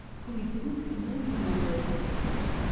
who we didn't really remember existed.